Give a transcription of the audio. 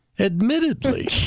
admittedly